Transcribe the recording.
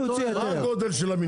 מה הגודל של המינגש?